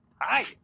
Hi